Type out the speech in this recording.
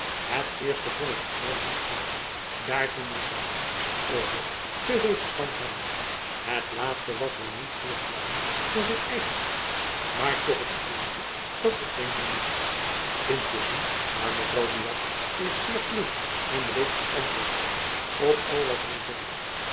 had het eerstekon het geval niet zijn daartoe moest zy naar zijn oordeel te veel verstand hebben het laatste was wel niet zeer vleiend voor zijn eigenliefde maar toch het eenige dat zich denken liet intusschen daar jacob van lennep elizabeth musch mevrouw buat eerst zeer vlug en beleefd geantwoord had op al wat hy zeide